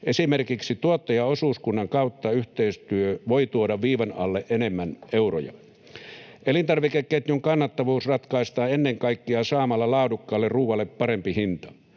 Esimerkiksi tuottajaosuuskunnan kautta yhteistyö voi tuoda viivan alle enemmän euroja. Elintarvikeketjun kannattavuus ratkaistaan ennen kaikkea saamalla laadukkaalle ruualle parempi hinta.